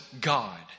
God